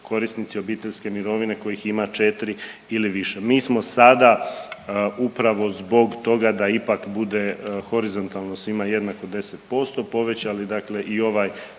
korisnici obiteljske mirovine kojih ima 4 ili više. Mi smo sada upravo zbog toga da ipak bude horizontalno svima jednako 10% povećali, dakle i ovaj